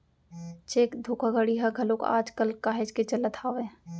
cheque धोखाघड़ी ह घलोक आज कल काहेच के चलत हावय